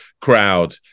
crowd